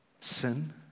sin